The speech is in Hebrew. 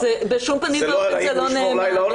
בשום פנים ואופן זה לא נאמר.